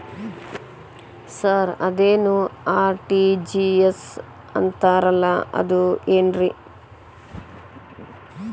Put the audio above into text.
Sir ಅದೇನು RTGS ಅಂತಾರಲಾ ಅದು ಏನ್ರಿ?